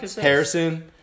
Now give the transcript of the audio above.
Harrison